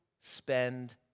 spend